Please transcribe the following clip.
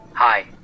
Hi